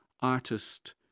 artist